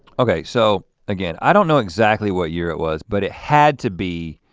okay. so again, i don't know exactly what year it was, but it had to be